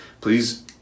Please